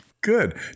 Good